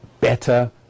better